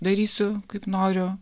darysiu kaip noriu